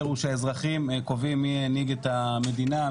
הוא שהאזרחים קובעים מי ינהיג את המדינה,